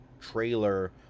trailer